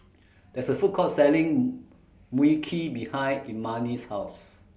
There IS A Food Court Selling Mui Kee behind Imani's House